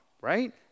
right